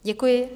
Děkuji.